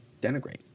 denigrate